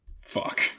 Fuck